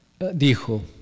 dijo